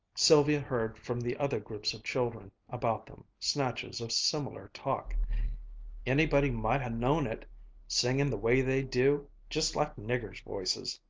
sylvia heard from the other groups of children about them snatches of similar talk anybody might ha' known it singin' the way they do just like niggers' voices.